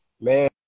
man